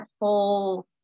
whole